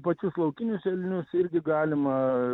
pačius laukinius elnius irgi galima